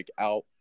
out